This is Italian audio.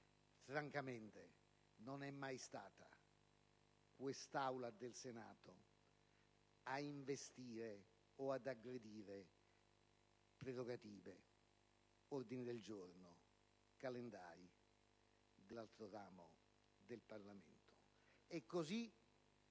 Francamente, non è mai stata l'Aula del Senato a investire o ad aggredire prerogative, ordini del giorno, calendari dell'altro ramo del Parlamento. E così,